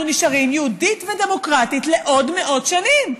נשארים יהודית ודמוקרטית לעוד מאות שנים.